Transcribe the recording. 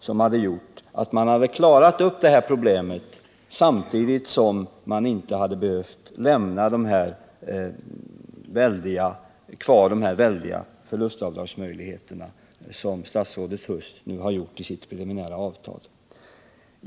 Man hade på det sättet kunnat klara av problemen, utan att man samtidigt hade behövt ge de väldiga förlustavdragsmöjligheter som statsrådet Huss gjort i sitt preliminära avtal.